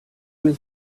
was